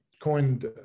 coined